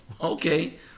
Okay